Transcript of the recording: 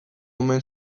omen